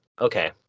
Okay